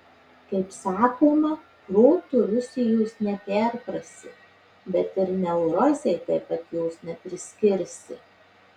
kaip sakoma protu rusijos neperprasi bet ir neurozei taip pat jos nepriskirsi